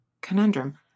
conundrum